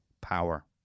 power